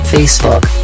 Facebook